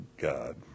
God